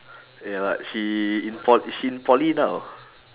ya lah she in po~ she in poly now